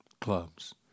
clubs